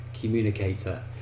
communicator